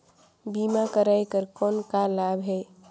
बीमा कराय कर कौन का लाभ है?